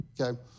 okay